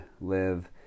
live